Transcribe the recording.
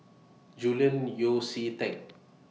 Julian Yeo See Teck